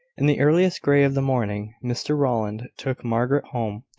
in the earliest grey of the morning, mr rowland took margaret home.